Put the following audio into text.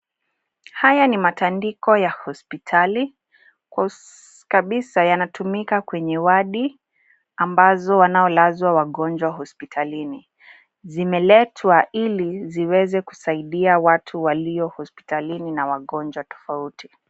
Haya ni matandiko ya hospitali, kabisa yanatumika kwenye wadi ambazo wanaolazwa wagonjwa hospitalini. Zimeletwa ili ziweze kusaidia watu walio hospitalini na wagonjwa tofauti.